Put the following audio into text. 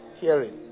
Hearing